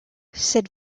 said